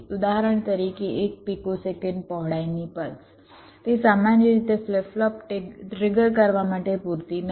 ઉદાહરણ તરીકે એક પિકોસેકન્ડ પહોળાઈની પલ્સ તે સામાન્ય રીતે ફ્લિપ ફ્લોપ ટ્રિગર કરવા માટે પુરતી નથી